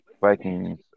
Vikings